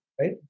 Right